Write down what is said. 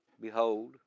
behold